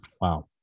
Wow